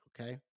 okay